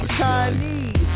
Chinese